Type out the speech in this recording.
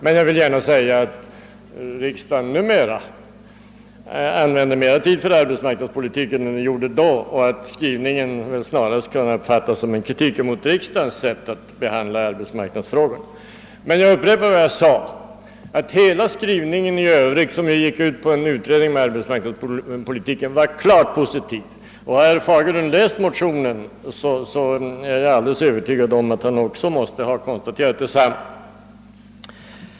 Men jag vill gärna säga att riksdagen numera använder mera tid för arbetsmarknadspolitiken och att skrivningen väl snarast kunnat uppfattas som en kritik mot riksdagens sätt att behandla arbetsmarknadsfrågor. Jag upprepar emellertid vad jag sade, nämligen att hela skrivningen i övrigt, som gick ut på en utredning om arbetsmarknadspolitiken, var klart positiv. Har herr Fagerlund läst motionen är jag alldeles övertygad om att han också måste ha konstaterat detsamma.